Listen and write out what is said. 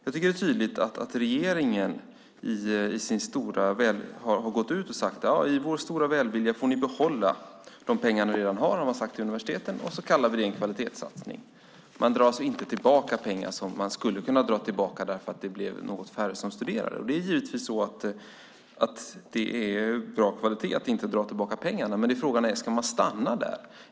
Jag tycker att det är tydligt att regeringen gått ut och sagt att de i sin stora välvilja låter universiteten behålla de pengar de redan har och sedan kallar det en kvalitetssatsning. Man drar alltså inte tillbaka pengar som man skulle ha kunnat dra tillbaka för att det blivit något färre som studerar. Ur kvalitetssynpunkt är det givetvis bra att inte dra tillbaka pengarna, men frågan är om man ska stanna där.